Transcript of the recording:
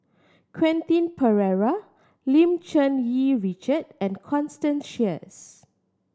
Quentin Pereira Lim Cherng Yih Richard and Constance Sheares